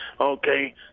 Okay